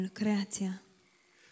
creation